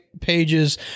pages